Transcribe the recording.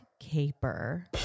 Caper